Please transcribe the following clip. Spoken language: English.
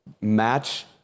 match